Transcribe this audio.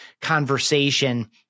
conversation